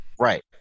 Right